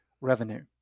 revenue